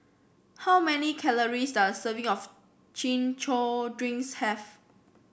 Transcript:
how many calories does a serving of Chin Chow Drinks have